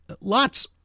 lots